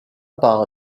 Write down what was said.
par